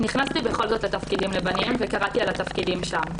נכנסתי בכל זאת לתפקידים לבנים וקראתי על התפקידים שם.